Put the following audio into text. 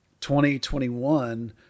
2021